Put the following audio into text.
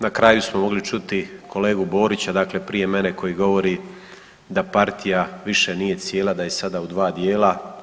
Na kraju smo mogli čuti kolegu Borića, dakle prije mene koji govori da partija više nije cijela, da je sada u dva dijela.